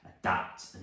adapt